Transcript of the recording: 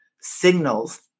signals